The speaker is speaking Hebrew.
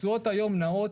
התשואות האלה היום נעות